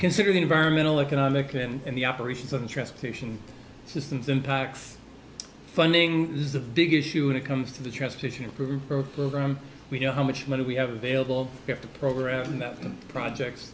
consider the environmental economic and the operations of the transportation systems impacts funding is a big issue when it comes to the transportation we know how much money we have available to program that projects